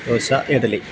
dosa idli